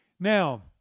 Now